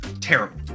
Terrible